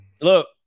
Look